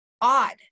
odd